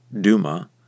Duma